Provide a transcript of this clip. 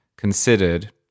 considered